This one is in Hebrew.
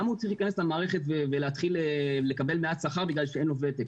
למה הוא צריך להיכנס למערכת ולהתחיל לקבל מעט שכר בגלל שאין לו ותק,